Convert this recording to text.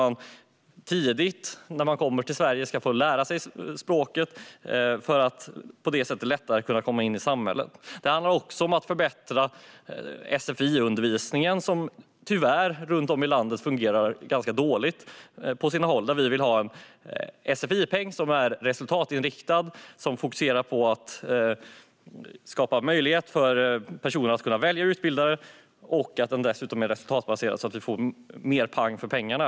När man kommer till Sverige ska man tidigt få lära sig språket för att på så vis lättare kunna komma in i samhället. Det handlar också om att förbättra sfi-undervisningen, som tyvärr fungerar ganska dåligt på sina håll runt om i landet. Vi vill ha en resultatinriktad sfi-peng med fokus på att skapa möjlighet för personer att kunna välja utbildare. Den ska dessutom vara resultatbaserad så att vi får mer pang för pengarna.